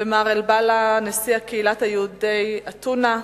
ומר אלבאלה הוא נשיא קהילת יהודי אתונה.